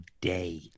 day